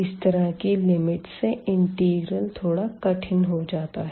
इस तरह की लिमिट से इंटीग्रेशन थोड़ा कठिन हो जाता है